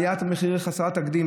עליית המחירים חסרת תקדים.